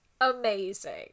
amazing